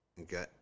Okay